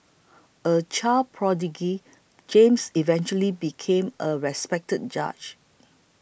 a child prodigy James eventually became a respected judge